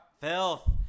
Filth